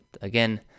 again